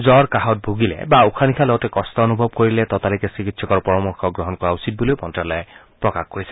জ্বৰ কাহত ভুগিলে বা উশাহ নিশাহ লওঁতে কষ্ট অনুভৱ কৰিলে ততালিকে চিকিৎসকৰ পৰামৰ্শ গ্ৰহণ কৰা উচিত বুলিও মন্ত্যালয়ে প্ৰকাশ কৰিছে